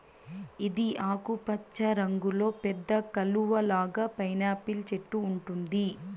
ఇది ఆకుపచ్చ రంగులో పెద్ద కలువ లాగా పైనాపిల్ చెట్టు ఉంటుంది